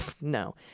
no